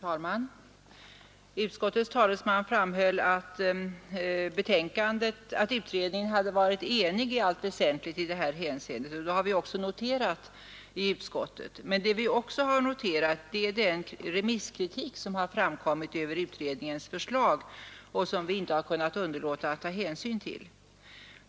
Herr talman! Utskottsmajoritetens talesman framhöll att utredningen hade varit enig i allt väsentligt i det här hänseendet, och det har vi också noterat i utskottet. Men vad vi också noterat är den remisskritik som har framkommit mot utredningens förslag och som vi inte har kunnat underlåta att ta hänsyn till.